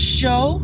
show